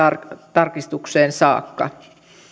tarkistukseen saakka